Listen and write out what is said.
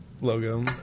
logo